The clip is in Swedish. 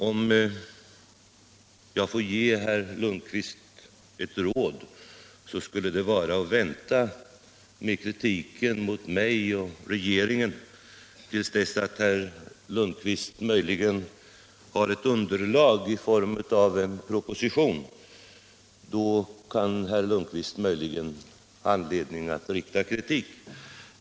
Om jag får ge herr Lundkvist ett råd, skulle det vara att han bör vänta med kritiken mot mig och regeringen till dess att han har ett underlag i form av en proposition. Då kan herr Lundkvist möjligen ha anledning att kritisera.